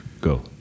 Go